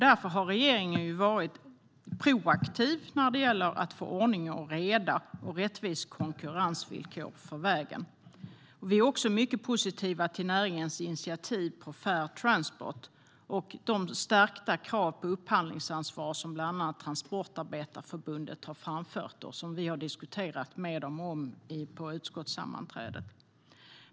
Därför har regeringen varit proaktiv när det gäller att få ordning och reda och rättvisa konkurrensvillkor för vägen. Vi är också mycket positiva till näringens initiativ till Fair Transport och de stärkta krav på upphandlingsansvar som bland annat Transportarbetareförbundet har framfört och som vi har diskuterat med dem om på ett utskottssammanträde.